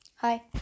Hi